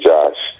Josh